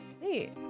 Hey